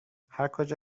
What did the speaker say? هرکجا